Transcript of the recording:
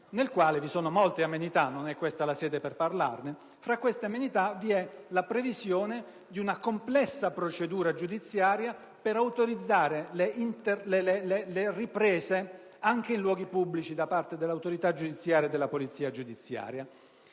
nel quale vi sono molte amenità - non è questa la sede per parlarne - e, fra queste, la previsione di una complessa procedura giudiziaria per autorizzare le riprese anche in luoghi pubblici da parte della polizia giudiziaria.